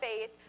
faith